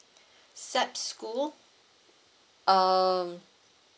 SAP school um